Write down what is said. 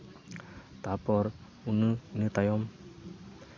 ᱛᱟᱯᱚᱨ ᱩᱱ ᱤᱱᱟᱹ ᱛᱟᱭᱚᱢ